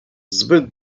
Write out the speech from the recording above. zbyt